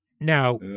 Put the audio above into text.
Now